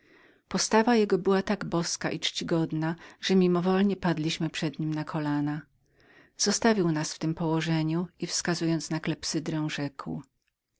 postawa jego tak była boską i czcigodną że mimowolnie padliśmy przed nim na kolana zostawił nas w tem położeniu i wskazując na klepsydrę rzekł